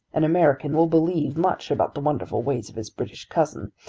an american will believe much about the wonderful ways of his british cousin,